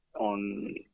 on